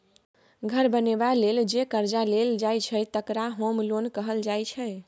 घर बनेबा लेल जे करजा लेल जाइ छै तकरा होम लोन कहल जाइ छै